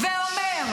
--- תתביישי.